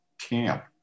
camp